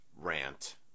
rant